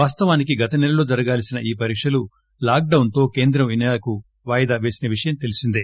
వాస్తవానికి గత నెలలో జరగాల్సిన ఈ పరీక్షలు లాక్డాన్తో కేంద్రం ఈ నెలకు వాయిదా పేసిన విషయం తెలిసిందే